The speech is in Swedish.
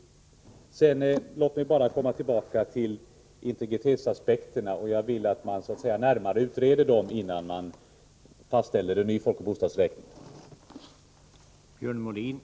Jag vill vidare att man närmare utreder integritetsaspekterna innan man fastställer en ny folkoch bostadsräkning.